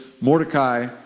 Mordecai